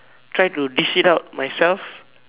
try to dish it out myself